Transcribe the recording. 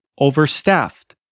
overstaffed